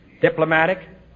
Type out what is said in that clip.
diplomatic